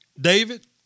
David